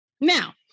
Now